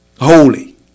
holy